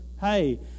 hey